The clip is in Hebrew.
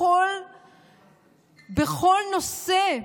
בכל נושא.